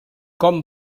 com